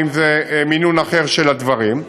האם זה מינון אחר של הדברים,